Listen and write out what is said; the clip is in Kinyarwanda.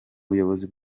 buyobozi